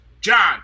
john